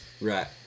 Right